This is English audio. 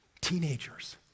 Teenagers